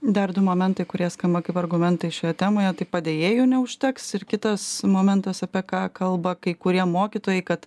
dar du momentai kurie skamba kaip argumentai šioje temoje tai padėjėjų neužteks ir kitas momentas apie ką kalba kai kurie mokytojai kad